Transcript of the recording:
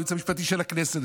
לייעוץ המשפטי של הכנסת,